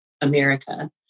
America